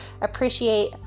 appreciate